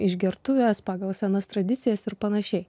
išgertuvės pagal senas tradicijas ir panašiai